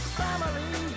family